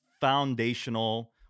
foundational